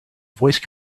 voice